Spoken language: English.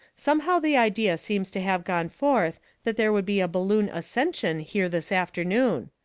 somehow the idea seems to have gone forth that there would be a balloon ascension here this afternoon.